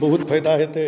बहुत फायदा हेतै